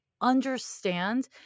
understand